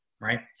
right